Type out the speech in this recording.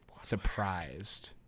surprised